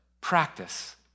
practice